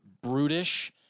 brutish